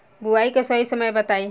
बुआई के सही समय बताई?